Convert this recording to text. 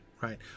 right